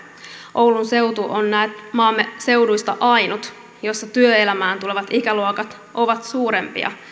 oulun seutu on näet maamme seuduista ainut jossa työelämään tulevat ikäluokat ovat suurempia